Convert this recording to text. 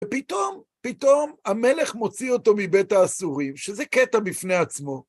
ופתאום פתאום המלך מוציא אותו מבית האסורים, שזה קטע בפני עצמו.